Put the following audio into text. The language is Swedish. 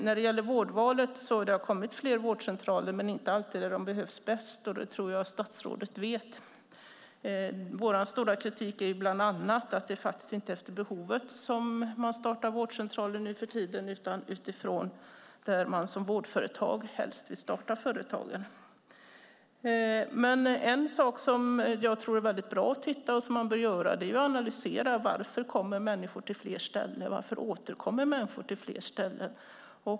När det gäller vårdvalet: Visst har det kommit fler vårdcentraler - men inte alltid där de behövs bäst. Det tror jag att statsrådet vet. Vår stora kritik är bland annat att det inte är efter behov som man startar vårdcentraler nu för tiden utan utifrån där man som vårdföretag helst vill starta företaget. Något som jag tycker är bra att titta på och som man bör göra är att analysera varför människor kommer till fler ställen och varför människor återkommer till fler ställen.